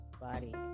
body